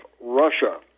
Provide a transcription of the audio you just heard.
russia